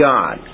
God